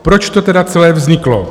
Proč to teda celé vzniklo?